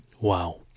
Wow